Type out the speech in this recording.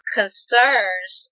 concerns